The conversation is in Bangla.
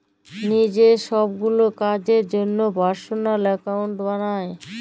লিজের ছবগুলা কাজের জ্যনহে পার্সলাল একাউল্ট বালায়